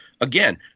again